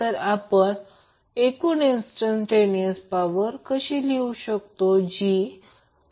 तर आपण एकूण इंस्टंटटेनियर्स पॉवर अशी लिहू शकतो